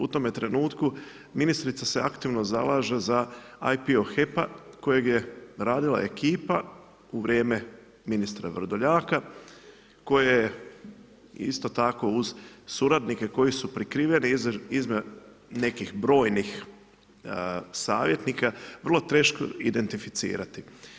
U tome trenutku ministrica se aktivno zalaže za ... HEP-a, kojeg je radila ekipa u vrijeme ministra Vrdoljaka koja je isto tako uz suradnike koji su prikriveni … nekih brojnih savjetnika vrlo teško identificirati.